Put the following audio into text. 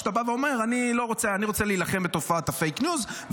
כשאתה בא ואומר: אני רוצה להילחם בתופעת הפייק ניוז,